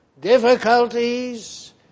difficulties